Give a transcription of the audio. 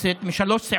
מרגש.